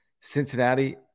Cincinnati